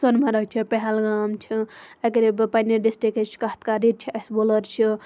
سۄنمرگ چھ پہلگام چھ اگَرے بہٕ پَننہِ ڈسٹرکٕچ کتھ کَرٕ ییٚتہِ چھُ اَسہِ وُلَر چھُ